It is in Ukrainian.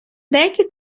деякі